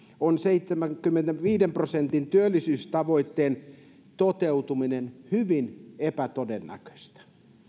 on seitsemänkymmenenviiden prosentin työllisyystavoitteen toteutuminen hyvin epätodennäköistä